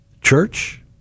church